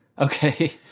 Okay